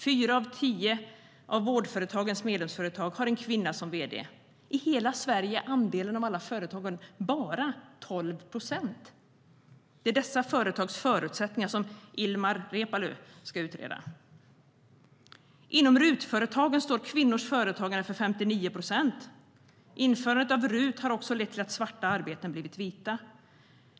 Fyra av tio av Vårdföretagarnas medlemsföretag har en kvinna som vd. Bland alla Sveriges företag är den andelen bara 12 procent. Det är dessa företags förutsättningar som Ilmar Reepalu ska utreda. Inom RUT-företagen står kvinnors företagande för 59 procent. Införandet av RUT har också lett till att svarta arbeten blivit vita.